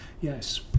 Yes